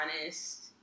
honest